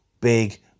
Big